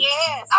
Yes